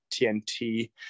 TNT